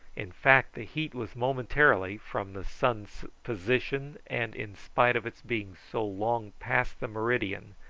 in fact the heat was momentarily, from the sun's position, and in spite of its being so long past the meridian,